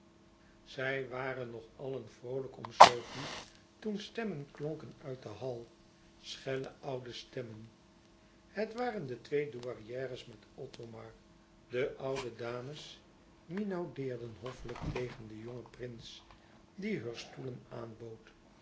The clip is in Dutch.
zij waren nog allen vroolijk om sofie toen stemmen klonken uit den hall schelle oude stemmen het waren de twee douairières met othomar de oude dames minaudeerden hoffelijk tegen den jongen prins die heur stoelen aanbood